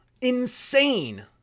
Insane